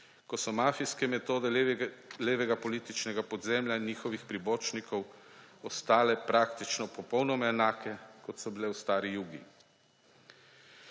ko so mafijski metode levega političnega podzemlja in njihovih pribočnikov ostale praktično popolnoma enake, kot so bile v stari Jugi.